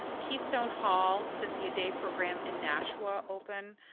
keystone hall, cynthia day program in nashua open.